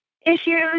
issues